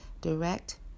direct